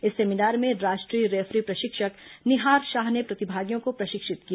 इस सेमिनार में राष्ट्रीय रेफरी प्रशिक्षक निहार शाह ने प्रतिभागियों को प्रशिक्षित किया